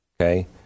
okay